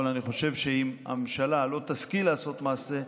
אבל אני חושב שאם הממשלה לא תשכיל לעשות מעשה,